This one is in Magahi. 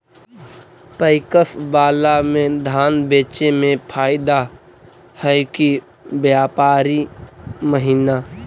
पैकस बाला में धान बेचे मे फायदा है कि व्यापारी महिना?